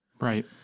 Right